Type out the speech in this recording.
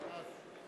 יצחק אהרונוביץ,